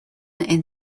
and